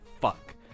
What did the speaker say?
fuck